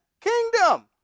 kingdom